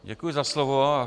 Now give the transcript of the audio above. Děkuji za slovo.